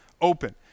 open